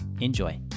Enjoy